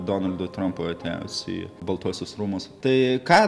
donaldui trampui atėjus į baltuosius rūmus tai ką